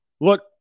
Look